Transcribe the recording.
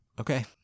Okay